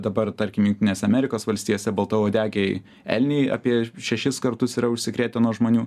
dabar tarkim jungtinėse amerikos valstijose baltauodegiai elniai apie šešis kartus yra užsikrėtę nuo žmonių